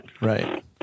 Right